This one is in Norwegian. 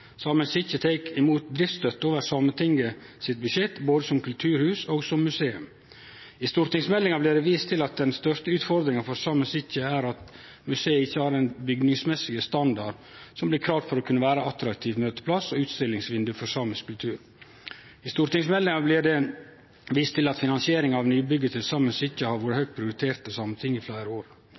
tek imot driftsstøtte over Sametinget sitt budsjett både som kulturhus og som museum. I stortingsmeldinga blir det vist til at den største utfordringa for Saemien Sijte er at museet ikkje har den bygningsmessige standarden som blir kravd for å kunne vere attraktiv møteplass og utstillingsvindauge for samisk kultur. I stortingsmeldinga blir det vist til at finansiering av nybygget til Saemien Sijte har vore høgt prioritert i Sametinget i fleire år.